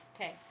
Okay